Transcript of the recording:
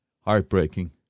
heartbreaking